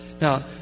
Now